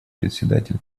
председатель